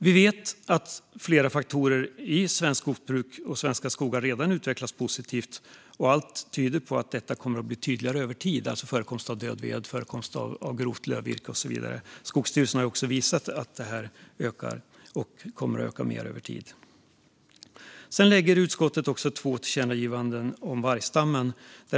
Vi vet att flera faktorer i svenskt skogsbruk och svenska skogar redan utvecklas positivt, och allt tyder på att detta kommer att bli tydligare över tid - alltså förekomst av död ved, förekomst av grovt lövvirke och så vidare. Skogsstyrelsen har också visat att det här ökar och kommer att öka mer över tid. Utskottet föreslår också två tillkännagivanden om vargstammen.